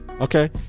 Okay